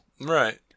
Right